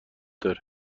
داره